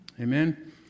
Amen